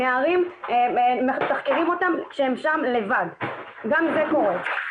נערים, מתחקרים אותם כשהם שם לבד, גם זה קורה.